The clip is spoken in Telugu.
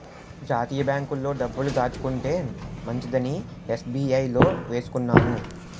జాతీయ బాంకుల్లో డబ్బులు దాచుకుంటే మంచిదని ఎస్.బి.ఐ లో వేసుకున్నాను